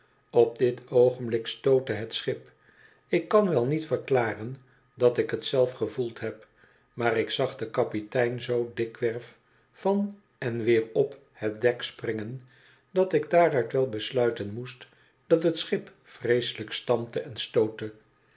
op dit oogenblik stootte het schip ik kan wel niet verklaren dat ik het zelf gevoeld heb maar ik zag den kapitein zoo dikwerf van en weer op het dek springen dat ik daaruit wel besluiten moest dat het schip vreeselijk stampte en stootte